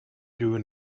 due